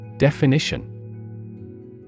Definition